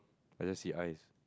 I just see eyes